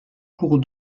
cours